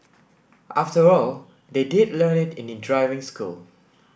after all they did learn it in driving school